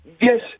Yes